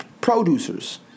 Producers